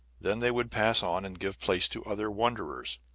then they would pass on and give place to other wonderers.